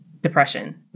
depression